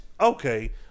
okay